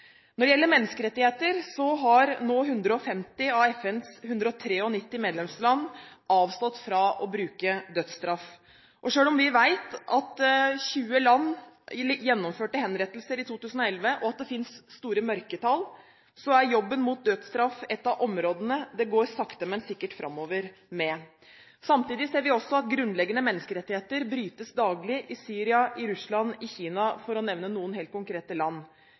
Når det gjelder menneskerettigheter, har nå 150 av FNs 193 medlemsland avstått fra å bruke dødsstraff. Og selv om vi vet at 20 land gjennomførte henrettelser i 2011, og at det finnes store mørketall, er jobben mot dødsstraff et av områdene det går sakte, men sikkert fremover med. Samtidig ser vi også at grunnleggende menneskerettigheter brytes daglig i Syria, i Russland og i Kina, for å nevne noen helt konkrete land.